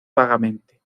vagamente